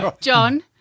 John